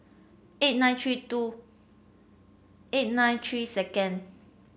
eight nine three two eight nine three second